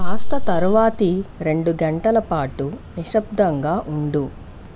కాస్త తరువాతి రెండు గంటల పాటు నిశ్శబ్దంగా ఉండు